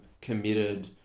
committed